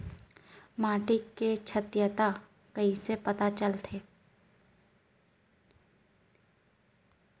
माटी के क्षारीयता कइसे पता लगथे?